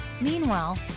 Meanwhile